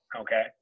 okay